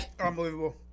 unbelievable